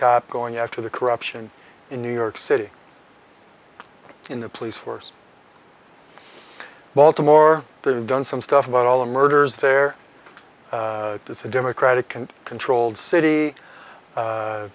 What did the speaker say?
cop going after the corruption in new york city in the police force baltimore they've done some stuff about all the murders there it's a democratic and controlled city